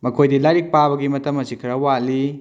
ꯃꯈꯣꯏꯗꯤ ꯂꯥꯏꯔꯤꯛ ꯄꯥꯕꯒꯤ ꯃꯇꯝ ꯑꯁꯤ ꯈꯔ ꯋꯥꯠꯂꯤ